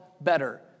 better